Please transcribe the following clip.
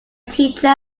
teacher